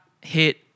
hit